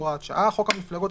הוראת שעה 4. חוק המפלגות,